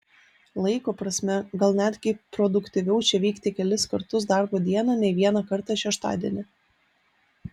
laiko prasme gal netgi produktyviau čia vykti kelis kartus darbo dieną nei vieną kartą šeštadienį